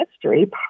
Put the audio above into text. history